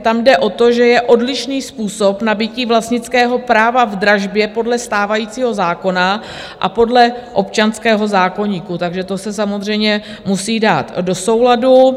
Tam jde o to, že je odlišný způsob nabytí vlastnického práva v dražbě podle stávajícího zákona a podle občanského zákoníku, takže to se samozřejmě musí dát do souladu.